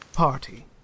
party